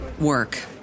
work